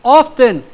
often